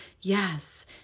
Yes